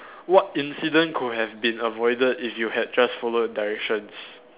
what incident could have been avoided if you had just follow directions